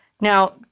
Now